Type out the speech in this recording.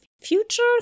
future